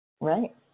Right